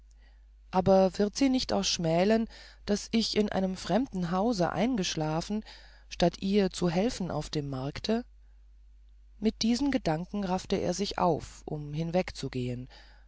aber wird sie nicht auch schmälen daß ich in einem fremden hause einschlafe statt ihr zu helfen auf dem markte mit diesen gedanken raffte er sich auf um hinwegzugehen